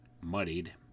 muddied